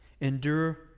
Endure